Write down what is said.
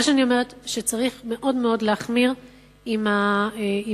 אני אומרת שצריך מאוד להחמיר עם בני-הנוער.